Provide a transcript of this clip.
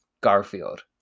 Garfield